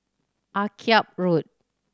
Akyab Road